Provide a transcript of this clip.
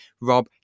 Rob